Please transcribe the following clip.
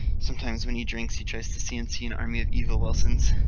sometimes when he drinks he tries to cnc an army of evil wilsons.